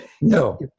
No